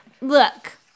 look